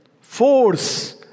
force